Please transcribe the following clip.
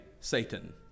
Satan